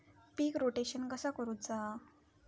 पीक rotation कसा करूचा?